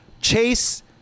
Chase